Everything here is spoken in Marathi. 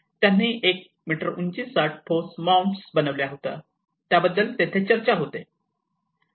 त्यांनी एक मीटर उंचीच्या ठोस मौन्ड्स बनविल्या त्याबद्दल तेथे चर्चा होते